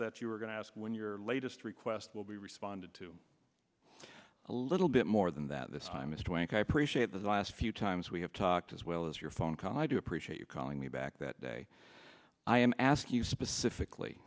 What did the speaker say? that you're going to ask when your latest request will be responded to a little bit more than that this time mr rankin i appreciate the last few times we have talked as well as your phone call i do appreciate you calling me back that day i am asking you specifically